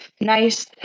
nice